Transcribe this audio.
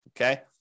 Okay